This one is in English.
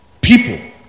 people